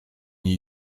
nie